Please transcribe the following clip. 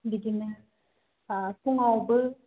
बिदिनो सिगाङावबो